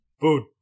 food